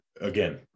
again